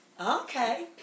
Okay